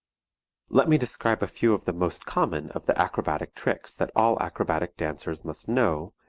let me describe a few of the most common of the acrobatic tricks that all acrobatic dancers must know,